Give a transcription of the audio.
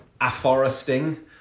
afforesting